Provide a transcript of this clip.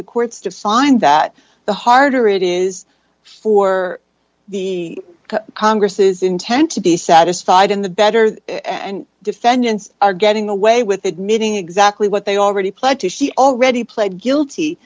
the courts to find that the harder it is for the congress's intent to be satisfied in the better and defendants are getting away with admitting exactly what they already pled to she already pled guilty